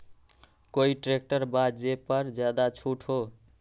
कोइ ट्रैक्टर बा जे पर ज्यादा छूट हो?